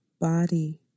body